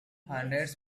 hundreds